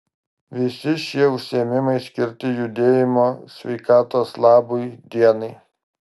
visi šie užsiėmimai skirti judėjimo sveikatos labui dienai